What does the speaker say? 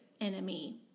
enemy